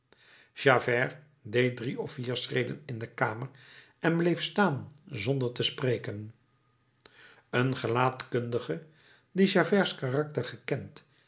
deed drie of vier schreden in de kamer en bleef staan zonder te spreken een gelaatkundige die javerts karakter gekend